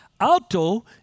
Auto